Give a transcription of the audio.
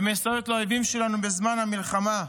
והם מסייעים לאויבים שלנו בזמן המלחמה.